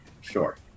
Sure